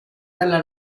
della